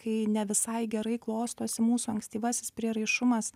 kai ne visai gerai klostosi mūsų ankstyvasis prieraišumas